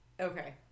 Okay